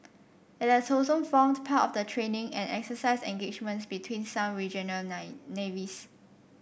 it has also formed part of the training and exercise engagements between some regional nine navies